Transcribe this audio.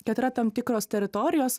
kad yra tam tikros teritorijos